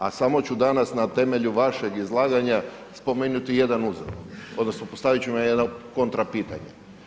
A samo ću danas na temelju vašeg izlaganja spomenuti jedan uzrok odnosno postavit ću vam jedno kontra pitanje.